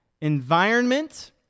environment